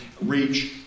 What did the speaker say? reach